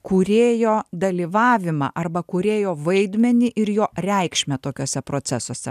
kūrėjo dalyvavimą arba kūrėjo vaidmenį ir jo reikšmę tokiuose procesuose